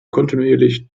kontinuierlich